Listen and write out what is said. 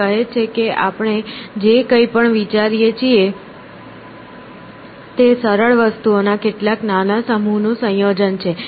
તે કહે છે કે આપણે જે કઈ પણ વિચારીએ છીએ તે સરળ વસ્તુઓ ના કેટલાક નાના સમૂહ નું સંયોજન છે